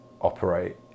operate